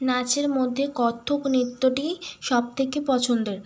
নাচের মধ্যে কত্থক নৃত্যটি সবথেকে পছন্দের